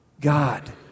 God